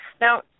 Now